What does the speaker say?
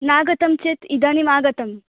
नागतं चेत् इदानीम् आगतम्